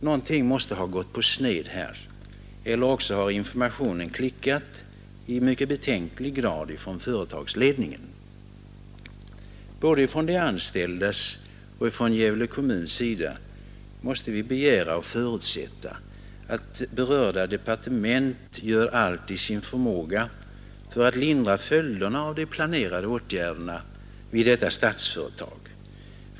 Någonting måste ha gått på sned här eller också har informationen från företagsledningen i betänklig grad klickat. Både från de anställdas och från Gävle kommuns sida måste vi begära och förutsätta att berörda departement gör allt i sin förmåga för att lindra följderna av de planerade åtgärderna vid detta statsföretag.